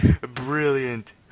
Brilliant